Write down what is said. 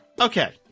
okay